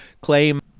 claim